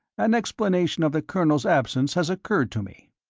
an explanation of the colonel's absence has occurred to me.